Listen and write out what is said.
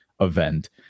event